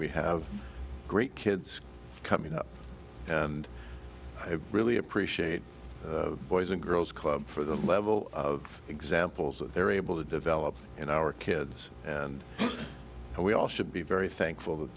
we have great kids coming up and i really appreciate boys and girls club for the level of examples that they're able to develop in our kids and we all should be very thankful that